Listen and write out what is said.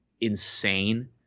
insane